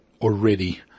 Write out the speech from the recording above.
already